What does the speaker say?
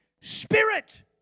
spirit